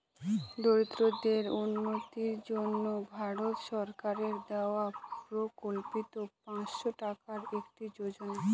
দরিদ্রদের উন্নতির জন্য ভারত সরকারের দেওয়া প্রকল্পিত পাঁচশো টাকার একটি যোজনা